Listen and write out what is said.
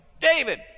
David